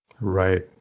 Right